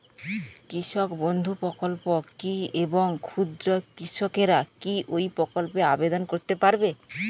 কৃষক বন্ধু প্রকল্প কী এবং ক্ষুদ্র কৃষকেরা কী এই প্রকল্পে আবেদন করতে পারবে?